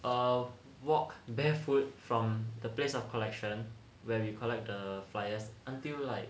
err walk barefoot from the place of collection where we collect the flyers until like